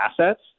assets